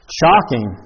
shocking